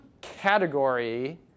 category